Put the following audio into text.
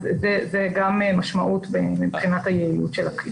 אז זה גם משמעותי מבחינת היעילות של הכלי.